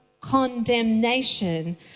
condemnation